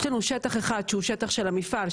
יש לנו שטח אחד שהוא השטח של המפעל,